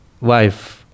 wife